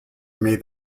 made